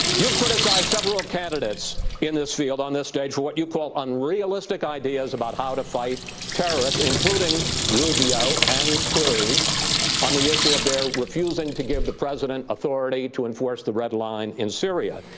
you criticized several candidates in this field on this stage for what you call unrealistic ideas about how to fight terrorists, including rubio, and cruz on the issue of their refusing to give the president authority to enforce the redline in syria.